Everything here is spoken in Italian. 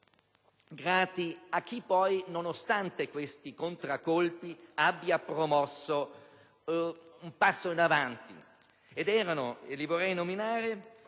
grati a chi, poi, nonostante questi contraccolpi, ha promosso un passo in avanti.